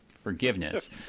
Forgiveness